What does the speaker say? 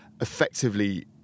effectively